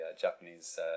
Japanese